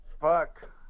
fuck